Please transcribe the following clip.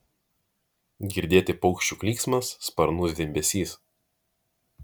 girdėti paukščių klyksmas sparnų zvimbesys